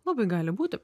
labai gali būti